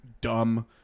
dumb